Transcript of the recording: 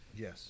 Yes